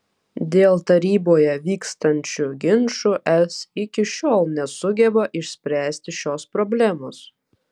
dėl taryboje vykstančių ginčų es iki šiol nesugeba išspręsti šios problemos